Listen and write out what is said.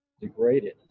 degraded